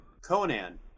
conan